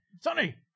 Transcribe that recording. Sonny